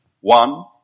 One